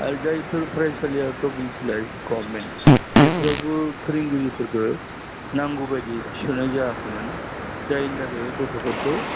आरो जायफोर फरायसालिया प्रभिन्सियेलाइज गभर्नमेन्ट बेफोरावबो फोरोंगिरिफोरखौ नांगौ बायदियै थिसननाय जायाखैमोन जायनि थाखाय गथ'फोरखौ